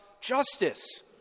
justice